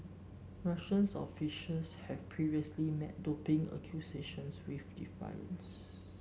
Russians officials have previously met doping accusations with defiance